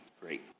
Great